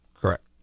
Correct